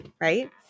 right